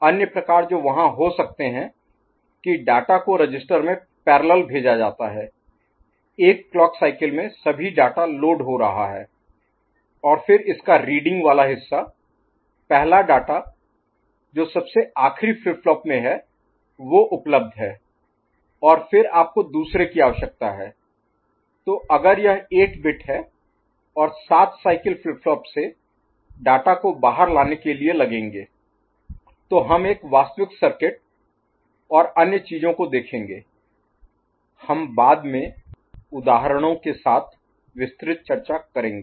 अन्य प्रकार जो वहां हो सकते हैं कि डाटा को रजिस्टर में पैरेलल भेजा जाता है एक क्लॉक साइकिल में सभी डाटा लोड हो रहा है और फिर इसका रीडिंग वाला हिस्सा पहला डाटा जो सबसे आखरी फ्लिप फ्लॉप में है वो उपलब्ध है और फिर आपको दूसरे की आवश्यकता है तो अगर यह 8 बिट है और 7 साइकिल फ्लिप फ्लॉप से डाटा को बाहर लाने के लिए लगेंगे तो हम एक वास्तविक सर्किट और अन्य चीजों को देखेंगे हम बाद में उदाहरणों के साथ विस्तृत चर्चा करेंगे